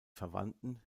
verwandten